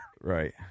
Right